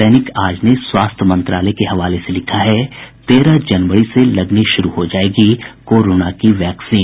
दैनिक आज ने स्वास्थ्य मंत्रालय के हवाले से लिखा है तेरह जनवरी से लगनी शुरू हो जायेगी कोरोना की वैक्सीन